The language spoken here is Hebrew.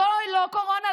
זוהי לא קורונה.